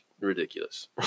ridiculous